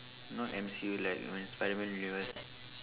not M_C_U like when Spiderman universe